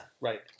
right